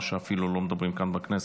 מה שאפילו לא מדברים עליו כאן בכנסת,